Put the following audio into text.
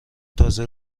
تازه